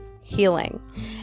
healing